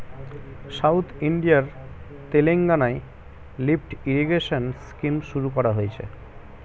south ইন্ডিয়ার তেলেঙ্গানায় lift irrigation scheme শুরু করা হয়েছে